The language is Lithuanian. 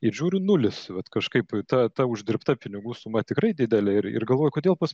ir įžiūriu nulis vat kažkaip ta ta uždirbta pinigų suma tikrai didelė ir ir galvoju kodėl pas